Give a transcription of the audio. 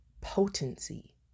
potency